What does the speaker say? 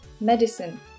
medicine